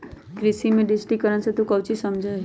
कृषि में डिजिटिकरण से तू काउची समझा हीं?